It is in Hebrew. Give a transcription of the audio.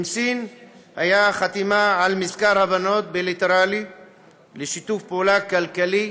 עם סין הייתה חתימה על מזכר הבנות בילטרלי לשיתוף פעולה כלכלי,